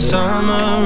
Summer